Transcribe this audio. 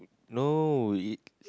no it's